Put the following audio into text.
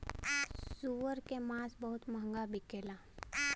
सूअर के मांस बहुत महंगा बिकेला